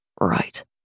Right